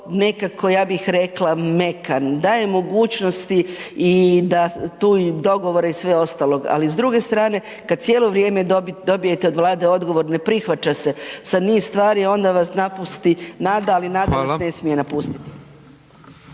nekako ja bih rekla, mekan, daje mogućnosti i da tu dogovore i sve ostalo ali s druge strane, kad cijelo vrijeme dobijete od Vlade odgovor „ne prihvaća se“ sa niz stvari onda vas napusti nada ali nada nas ne smije napustiti.